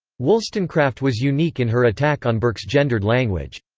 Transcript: wollstonecraft was unique in her attack on burke's gendered language.